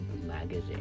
magazine